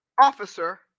officer